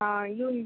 हा येऊन